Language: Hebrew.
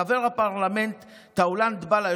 וחבר הפרלמנט טאולנו בללה,